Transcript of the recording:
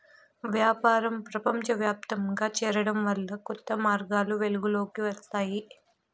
వ్యాపారం ప్రపంచవ్యాప్తంగా చేరడం వల్ల కొత్త మార్గాలు వెలుగులోకి వస్తాయి